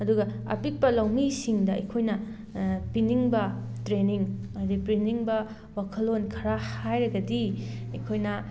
ꯑꯗꯨꯒ ꯑꯄꯤꯛꯄ ꯂꯧꯃꯤꯁꯤꯡꯗ ꯑꯩꯈꯣꯏꯅ ꯄꯤꯅꯤꯡꯕ ꯇ꯭ꯔꯦꯅꯤꯡ ꯍꯥꯏꯗꯤ ꯄꯤꯅꯤꯡꯕ ꯋꯥꯈꯜꯂꯣꯟ ꯈꯔ ꯍꯥꯏꯔꯒꯗꯤ ꯑꯩꯈꯣꯏꯅ